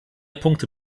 punkte